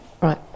right